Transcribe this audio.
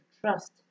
trust